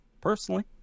personally